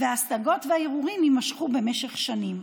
וההשגות והערעורים יימשכו במשך שנים.